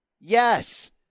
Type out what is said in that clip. Yes